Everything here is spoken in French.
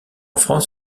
france